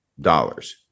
dollars